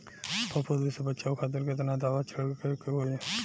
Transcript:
फाफूंदी से बचाव खातिर केतना दावा छीड़के के होई?